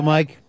Mike